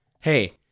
Hey